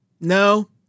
No